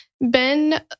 Ben